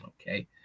okay